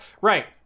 Right